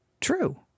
true